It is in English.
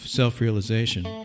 self-realization